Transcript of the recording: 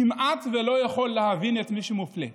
כמעט שלא יכול להבין את מי שמופלה.